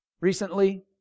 recently